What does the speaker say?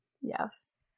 Yes